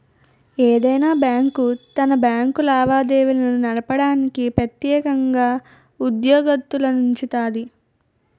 ఏదైనా బ్యాంకు తన బ్యాంకు లావాదేవీలు నడపడానికి ప్రెత్యేకంగా ఉద్యోగత్తులనుంచుతాది